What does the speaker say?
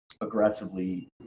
Aggressively